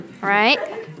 Right